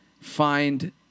find